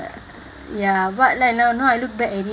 ya but like now I look back at it